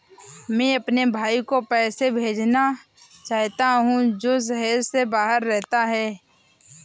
मैं अपने भाई को पैसे भेजना चाहता हूँ जो शहर से बाहर रहता है